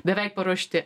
beveik paruošti